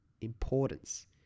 importance